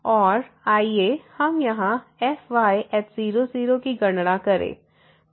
और आइए हम यहां fy0 0 की गणना करें